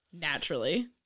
naturally